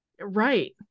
right